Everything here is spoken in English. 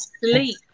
sleep